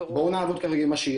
בואו נעבוד כרגע עם מה שיש.